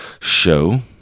show